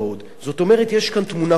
זאת אומרת, יש כאן תמונה כוללת,